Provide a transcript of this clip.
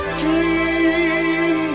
dream